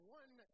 one